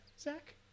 Zach